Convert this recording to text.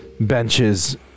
benches